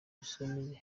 ibisumizi